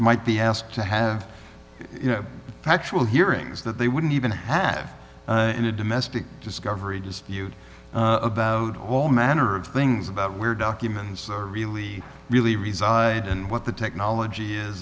might be asked to have factual hearings that they wouldn't even have in a domestic discovery dispute about all manner of things about where documents are really really reside and what the technology is